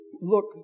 look